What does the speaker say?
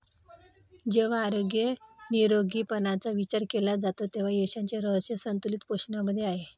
जेव्हा आरोग्य निरोगीपणाचा विचार केला जातो तेव्हा यशाचे रहस्य संतुलित पोषणामध्ये आहे